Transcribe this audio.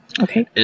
Okay